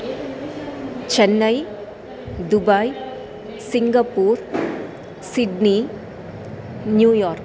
Chennai Dubai Singapore Sydney New York